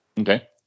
Okay